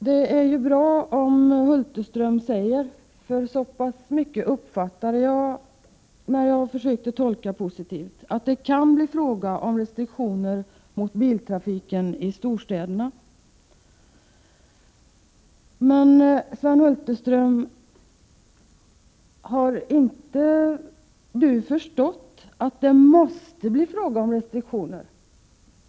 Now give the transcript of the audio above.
Det är bra att Sven Hulterström säger — så pass mycket uppfattade jag när jag försökte tolka honom positivt — att det kan bli fråga om restriktioner mot biltrafiken i storstäderna. Jag vill ändå fråga om Sven Hulterström inte har förstått att det måste bli fråga om restriktioner.